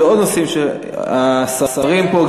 השרים פה,